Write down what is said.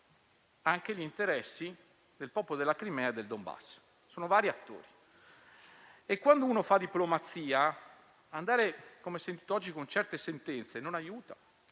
anche gli interessi del popolo della Crimea e del Donbass. Ci sono vari attori e, quando uno fa diplomazia, esprimere - come ho sentito oggi - certe sentenze non aiuta.